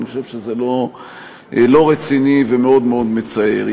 אני חושב שזה לא רציני ומאוד מאוד מצער.